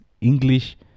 English